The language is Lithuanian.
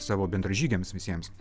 savo bendražygiams visiems